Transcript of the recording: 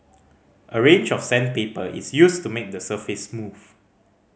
a range of sandpaper is used to make the surface smooth